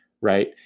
right